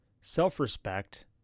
self-respect